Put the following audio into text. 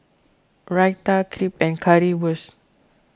Raita Crepe and Currywurst